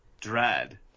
Dread